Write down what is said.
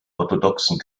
orthodoxen